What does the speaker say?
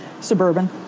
suburban